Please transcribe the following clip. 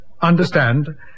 Understand